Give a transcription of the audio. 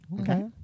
Okay